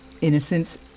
Innocence